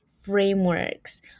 frameworks